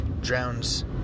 drowns